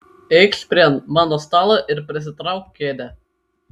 eikš prie mano stalo ir prisitrauk kėdę